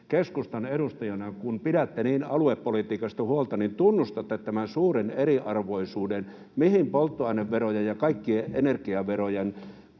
keskustan edustajana pidätte niin aluepolitiikasta huolta, niin tunnustatte tämän suuren eriarvoisuuden, mihin polttoaineverojen ja kaikkien energiaverojen